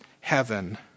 heaven